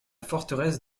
forteresse